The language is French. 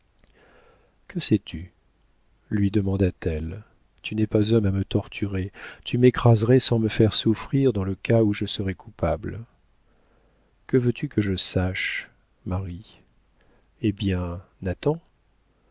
que sais-tu lui demanda-t-elle tu n'es pas homme à me torturer tu m'écraserais sans me faire souffrir dans le cas où je serais coupable que veux-tu que je sache marie eh bien